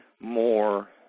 more